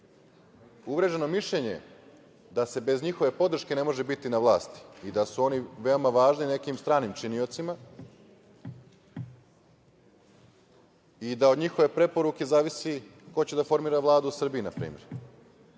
uvreženo mišljenje da se bez njihove podrške ne može biti na vlasti i da su oni veoma važni nekim stranim činiocima i da od njihove preporuke zavisi ko će da formira Vladu Srbije, na primer. Bolje